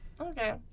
Okay